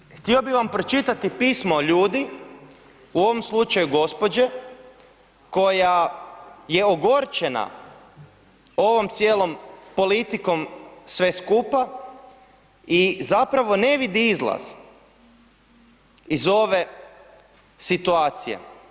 Također, htio bi vam pročitati pismo ljudi, u ovom slučaju gospođe koja je ogorčena ovom cijelom politikom sve skupa i zapravo ne vidi izlaz iz ove situacije.